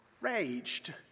raged